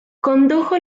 condujo